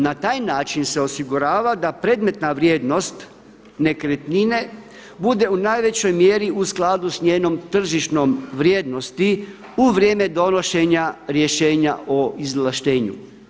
Na taj način se osigurava da predmetna vrijednost nekretnine bude u najvećoj mjeri u skladu sa njenom tržišnom vrijednosti u vrijeme donošenja rješenja o izvlaštenju.